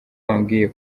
bambwiye